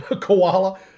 Koala